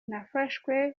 nafashwe